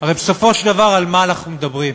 הרי בסופו של דבר, על מה אנחנו מדברים?